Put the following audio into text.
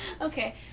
okay